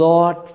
Lord